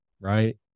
right